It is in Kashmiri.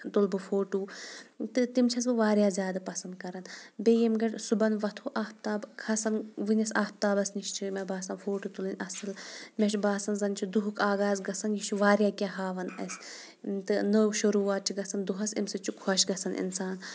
تُلہٕ بہٕ فوٹوٗ تہٕ تِم چھٮ۪س بہٕ واریاہ زیادٕ پَسنٛد کَران بیٚیہِ ییٚمہِ گڈٕ صُبحن وَتھو آفتاب کھَسان وُنِس آفتابَس نِش چھِ مےٚ باسان فوٹوٗ تُلٕنۍ اَصٕل مےٚ چھُ باسان زَن چھِ دُہُک آغاز گژھان یہِ چھُ واریاہ کینٛہہ ہاوان اَسہِ تہٕ نٔو شروعات چھِ گژھان دۄہَس اَمہِ سۭتۍ چھُ خۄش گژھان اِنسان